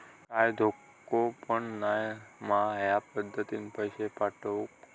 काय धोको पन नाय मा ह्या पद्धतीनं पैसे पाठउक?